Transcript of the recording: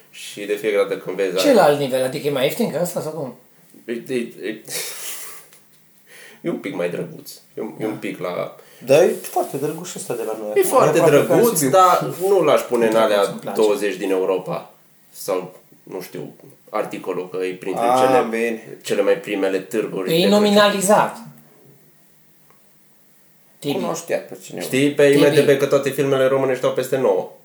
Și de fiecare dată când vezi Ce alea- la alt nivel? Adică e mai ieftin că ăsta sau cum? E- e- e- E un pic mai drăguț. E un- e un A. pic la- Dar e foarte drăguț și ăsta de la noi E acum. E foarte aproape ca în drăguț, Sibiu. dar nu l-aș pune în alea Îmi place. 20 din Europa. Sau, nu știu, articolul că e printre cele- Amin. cele mai primele târguri E de Crăciun. nominalizat. Cunoștea pe cineva. Știi pe IMDb TV. că toate filmele românești au peste nouă.